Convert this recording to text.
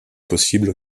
possible